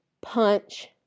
punch